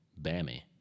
Bammy